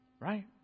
right